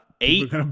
eight